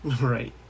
right